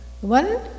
One